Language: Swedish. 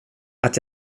att